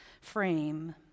frame